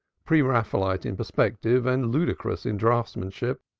pre-raphaelite in perspective and ludicrous in draughtsmanship,